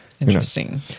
interesting